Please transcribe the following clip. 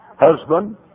husband